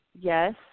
yes